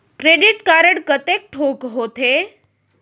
Credit card कतेक ठोक होथे?